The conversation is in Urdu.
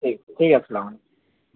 ٹھیک ٹھیک ہے السلام علیکم